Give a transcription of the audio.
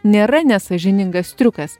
nėra nesąžiningas triukas